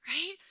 Right